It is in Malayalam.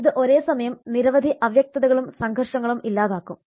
ഇത് ഒരേ സമയം നിരവധി അവ്യക്തതകളും സംഘർഷങ്ങളും ഇല്ലാതാക്കും